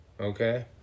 okay